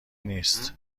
نیست